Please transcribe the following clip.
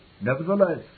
Nevertheless